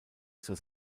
zur